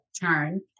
turn